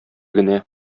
генә